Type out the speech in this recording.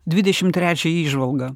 dvidešim trečią įžvalgą